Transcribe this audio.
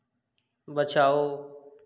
बचाओ